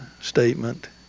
statement